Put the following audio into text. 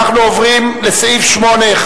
אנחנו עוברים לסעיף 8(1),